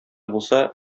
булса